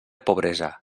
pobresa